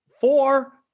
four